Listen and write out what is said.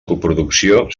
coproducció